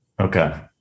Okay